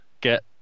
get